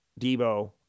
Debo